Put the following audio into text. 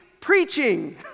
preaching